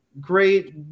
great